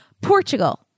Portugal